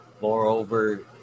Moreover